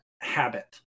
habit